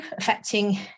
affecting